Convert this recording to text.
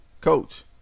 Coach